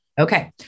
Okay